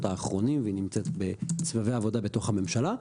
האחרונים והיא נמצאת בסבבי עבודה בתוך הממשלה.